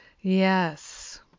Yes